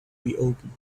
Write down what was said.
reopen